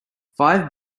five